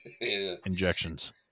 injections